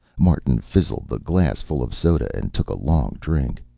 martin fizzled the glass full of soda and took a long drink.